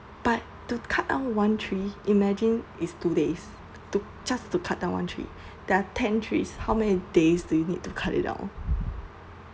but to cut down one tree imagine is two days to just to cut down one tree there're ten trees how many days do you need to cut it down